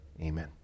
Amen